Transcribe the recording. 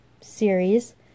series